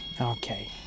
Okay